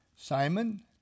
Simon